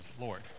Lord